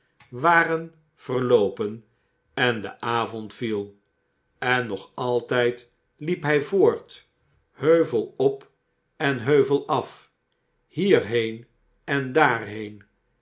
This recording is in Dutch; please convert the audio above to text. waren verioopen en de avond viel en nog altijd liep hij voort heuvel op en heuvel af hierheen en daarheen